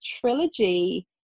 trilogy